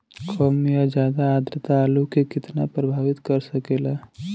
कम या ज्यादा आद्रता आलू के कितना प्रभावित कर सकेला?